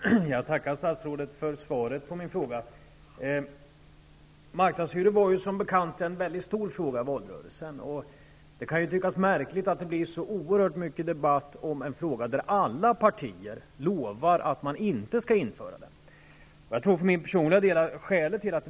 Fru talman! Jag tackar statsrådet för svaret på min fråga. Marknadshyror var, som bekant, en mycket stor fråga i valrörelsen. Det kan tyckas märkligt att det blev så oerhört mycket debatt om den frågan, när alla partier lovade att de inte skulle införa marknadshyror.